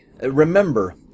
Remember